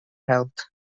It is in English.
health